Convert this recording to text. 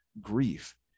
grief